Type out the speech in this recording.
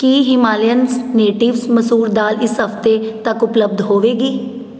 ਕੀ Himalayans Natives ਮਸੂਰ ਦਾਲ ਇਸ ਹਫ਼ਤੇ ਤੱਕ ਉਪਲਬਧ ਹੋਵੇਗੀ